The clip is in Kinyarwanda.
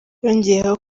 yongeyeho